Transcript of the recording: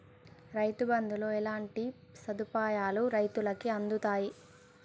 రైతు బంధుతో ఎట్లాంటి సదుపాయాలు రైతులకి అందుతయి?